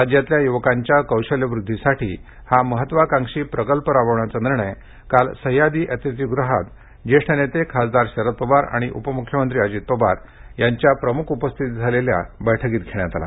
राज्यातल्या युवकांच्या कौशल्यवृद्धीसाठी हा महत्वाकांक्षी प्रकल्प राबवण्याचा निर्णय काल सह्याद्री अतिथीगृहात ज्येष्ठ नेते खासदार शरद पवार आणि उपमुख्यमंत्री अजित पवार यांच्या प्रमुख उपस्थितीत झालेल्या बैठकीत घेण्यात आला